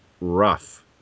rough